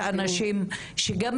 ואני רוצה להגיד לך שיש אנשים שגם כשהם